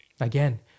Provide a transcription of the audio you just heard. Again